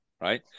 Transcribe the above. right